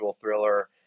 thriller